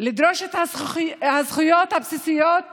לדרוש את הזכויות הבסיסיות